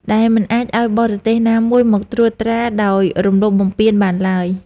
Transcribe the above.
ដែលមិនអាចឱ្យបរទេសណាមួយមកត្រួតត្រាដោយរំលោភបំពានបានឡើយ។